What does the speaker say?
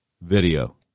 video